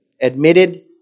admitted